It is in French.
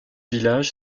village